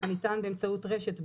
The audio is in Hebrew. הניתן באמצעות רשת בזק,